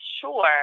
sure